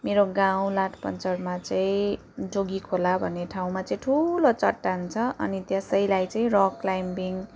मेरो गाउँ लाठपञ्चारमा चाहिँ जोगी खोला भन्ने ठाउँमा चाहिँ ठुलो चट्टान छ अनि त्यसैलाई चाहिँ रक क्लाइम्बिंग